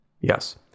yes